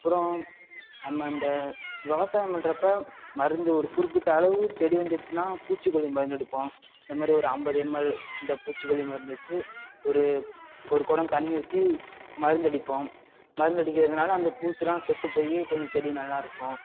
அப்புறம் நம்ம இந்த விவசாயம் பண்ணுறப்ப மருந்து ஒரு குறிப்பிட்ட அளவு செடி வந்துடுச்சுன்னா பூச்சிக்கொல்லி மருந்தடிப்போம் இந்த மாதிரி ஒரு ஐம்பது எம்எல் இந்த பூச்சிக்கொல்லி மருந்தடுச்சு ஒரு ஒரு குடம் தண்ணி ஊற்றி மருந்தடிப்போம் மருந்தடிக்கறதுனால அந்த பூச்செல்லாம் செத்துப் போய் கொஞ்சம் செடி நல்லாருக்கும்